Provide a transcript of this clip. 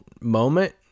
moment